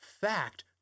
fact